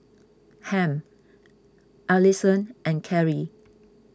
Hamp Allison and Carrie